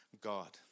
God